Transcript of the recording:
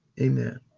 Amen